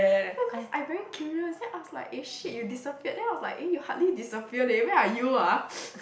no cause I very curious then I was like eh shit you disappeared then I was like eh you hardly disappear leh where are you ah